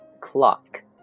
Clock